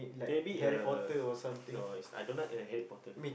maybe a no is I don't like read Harry-Potter